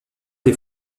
des